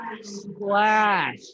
Splash